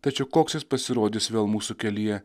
tačiau koks jis pasirodys vėl mūsų kelyje